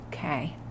Okay